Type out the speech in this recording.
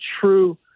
true